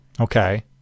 Okay